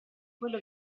quello